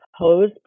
pose